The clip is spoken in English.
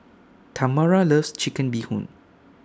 Tamara loves Chicken Bee Hoon